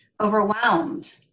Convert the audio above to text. overwhelmed